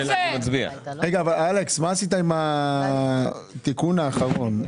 אלכס, מה עשית עם התיקון האחרון?